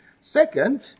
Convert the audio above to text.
Second